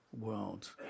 world